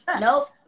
Nope